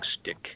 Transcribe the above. stick